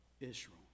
Israel